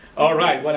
all right,